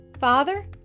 father